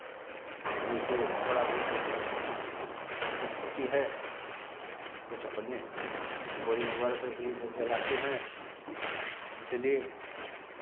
वैसे थोड़ा बहुत कभी कभी को दिक्कत होती है तो कुछ अपने बोरिंग वगैरह से भी ये लोग चलाते हैं इसीलिए